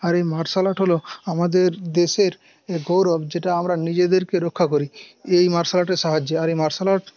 আর এইমার্শাল আর্ট হল আমাদের দেশের গৌরব যেটা আমরা নিজেদেরকে রক্ষা করি এই মার্শাল আর্টের সাহায্যে আর এই মার্শাল আর্ট